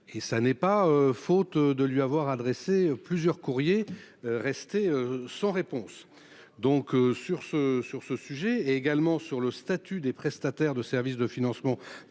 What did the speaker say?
et ça n'est pas faute de lui avoir adressé plusieurs courriers restés sans réponse. Donc sur ce sur ce sujet également sur le statut des prestataires de services de financement